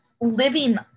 living